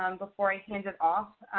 um before i hand it off.